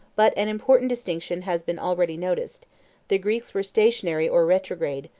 but an important distinction has been already noticed the greeks were stationary or retrograde,